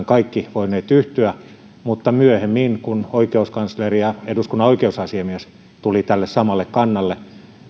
kaikki voineet yhtyä mutta myöhemmin kun oikeuskansleri ja eduskunnan oikeusasiamies tulivat tälle samalle kannalle